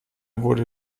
wurde